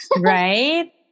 Right